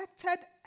affected